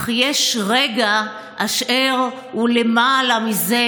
אך יש רגע אשר בו הוא למעלה מזה,